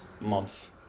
month